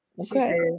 Okay